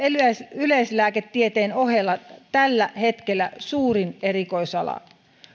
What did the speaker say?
yleislääketieteen ohella tällä hetkellä suurin erikoisala